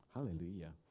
Hallelujah